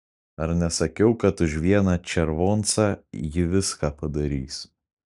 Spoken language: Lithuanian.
ar nesakiau kad už vieną červoncą ji viską padarys